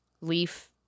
leaf